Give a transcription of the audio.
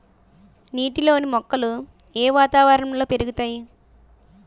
నీటిలోని మొక్కలు ఏ వాతావరణంలో పెరుగుతాయి?